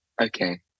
Okay